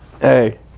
hey